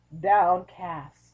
downcast